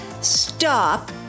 Stop